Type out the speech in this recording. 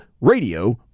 Radio